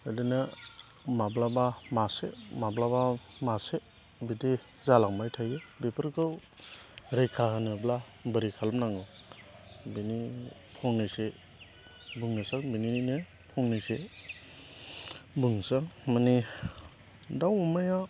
बिदिनो माब्लाबा मासे माब्लाबा मासे बिदि जालांबाय थायो बेफोरखौ रैखा होनोब्ला बोरै खालामनांगौ बेनि फंनैसो बुंनोसै बेनिनो फंनैसो बुंनोसै आं माने दाउ अमाया